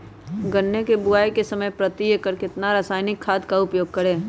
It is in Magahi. गन्ने की बुवाई के समय प्रति एकड़ कितना रासायनिक खाद का उपयोग करें?